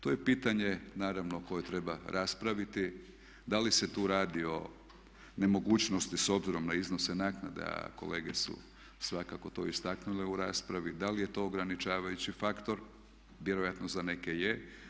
To je pitanje naravno koje treba raspraviti da li se tu radi o nemogućnosti s obzirom na iznose naknade a kolege su svakako to istaknule u raspravi, da li je to ograničavajući faktor, vjerojatno za neke je.